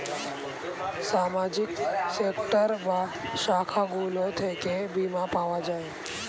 সামাজিক সেক্টর বা শাখাগুলো থেকে বীমা পাওয়া যায়